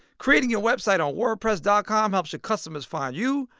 creating your website on wordpress dot com helps your customers find you,